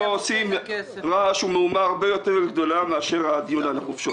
הייתם עושים רעש ומהומה גדולה מאשר הדיון על החופשות.